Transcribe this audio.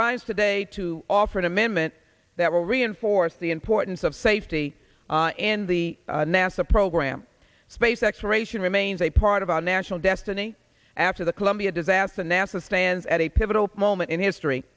rise today to offer an amendment that will reinforce the importance of safety and the nasa program space exploration remains a part of our national destiny after the columbia disaster nasa stands at a pivotal moment in history